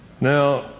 Now